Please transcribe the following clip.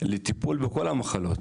לטיפול בכל המחלות,